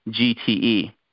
GTE